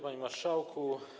Panie Marszałku!